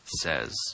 says